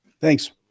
Thanks